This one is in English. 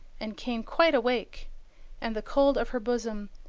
and came quite awake and the cold of her bosom,